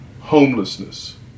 Homelessness